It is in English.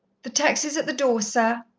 the taxi is at the door, sir.